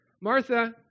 Martha